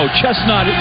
chestnut